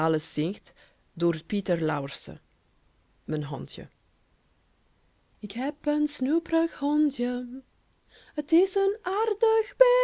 pieter mijn hondje ik heb een snoep'rig hondje het is een